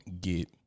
get